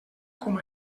com